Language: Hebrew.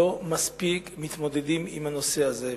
לא מספיק מתמודדים עם הנושא הזה.